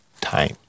time